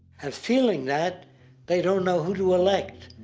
and feeling that they don't know who to elect.